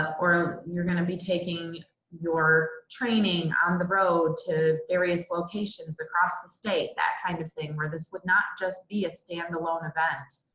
or you're going to be taking your training on the road to various locations across the state, that kind of thing, where this would not just be a standalone event.